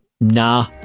Nah